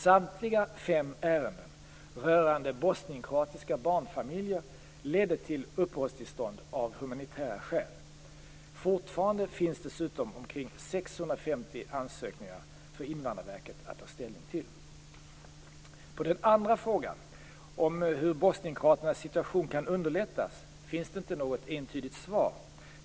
Samtliga fem ärenden rörande bosnienkroatiska barnfamiljer ledde till uppehållstillstånd av humanitära skäl. Fortfarande finns dessutom omkring 650 ansökningar för Invandrarverket att ta ställning till. På den andra frågan, om hur bosnienkroaternas situation kan underlättas, finns det inte något entydigt svar.